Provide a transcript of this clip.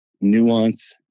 nuance